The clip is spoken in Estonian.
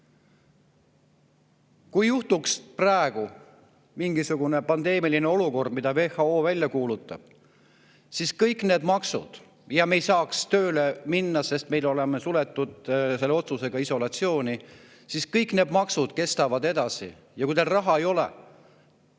Kui juhtuks praegu mingisugune pandeemiline olukord, mille WHO välja kuulutaks – ja me ei saaks tööle minna, sest me oleksime suletud selle otsusega isolatsiooni –, siis kõik need maksud kestaksid edasi, ja kui teil raha ei ole,